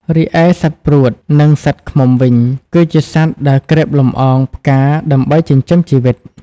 រីឯសត្វព្រួត និងសត្វឃ្មុំវិញ គឺជាសត្វដែលក្រេបលំអងផ្កាដើម្បីចិញ្ចឹមជីវិត។